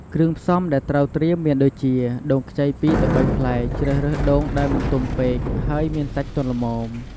គ្រឿងផ្សំដែលត្រូវត្រៀមមានដូចជា ដូងខ្ចី ២ ទៅ ៣ ផ្លែ ជ្រើសរើសដូងដែលមិនទុំពេក ហើយមានសាច់ទន់ល្មម។